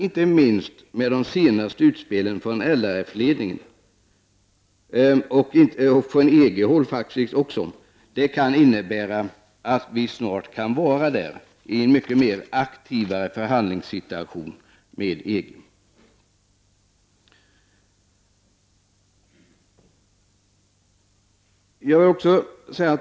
Inte minst det senaste utspelet LRF-ledningen — och också faktiskt från EG-håll — kan innebära att vi mycket snart kan befinna oss i en mycket mer aktiv förhandlingssituation när det gäller EG.